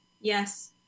Yes